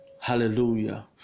Hallelujah